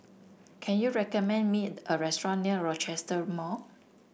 can you recommend me a restaurant near Rochester Mall